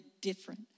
different